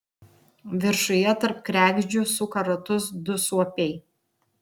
viršuje tarp kregždžių suka ratus du suopiai